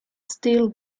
still